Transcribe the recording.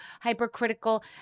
hypercritical